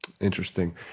Interesting